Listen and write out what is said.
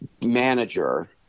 manager